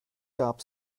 gab